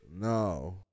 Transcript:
No